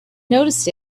noticed